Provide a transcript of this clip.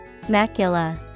Macula